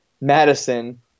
Madison